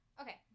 Okay